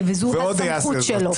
וזו הסמכות שלו --- ועוד יעשה זאת.